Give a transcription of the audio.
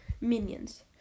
minions